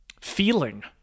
feeling